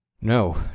No